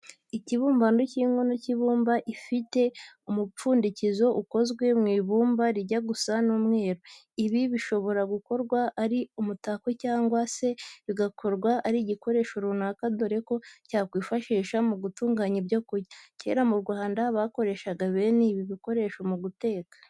Ikibumbano cy'inkono y'ibumba ifite n'umupfundikizo ukozwe mu ibumba rijya gusa n'umweru. Ibi bishobora gukorwa ari umutako cyangwa se bigakorwa ari igikoresho runaka dore ko cyakwifashisha mu gutunganya ibyo kurya. Kera mu Rwanda bakoreshaga bene ibi bikoresho mu guteka.